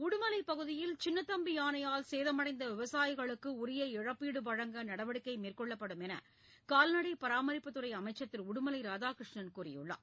உடுமலைப் பகுதியில் சின்னதம்பி யானையால் சேதடைந்த விவசாயிகளுக்கு உரிய இழப்பீடு வழங்க நடவடிக்கை மேற்கொள்ளப்படும் என்று கால்நடை பராமரிப்புத் துறை அமைச்சர் திரு உடுமலை ராதாகிருஷ்ணன் கூறியுள்ளார்